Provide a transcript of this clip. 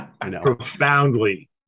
profoundly